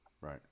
right